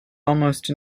almost